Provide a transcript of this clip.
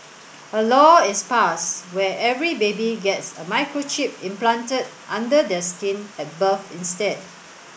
a law is passed where every baby gets a microchip implanted under their skin at birth instead